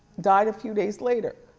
died a few days later.